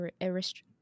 arist